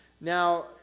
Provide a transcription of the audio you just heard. now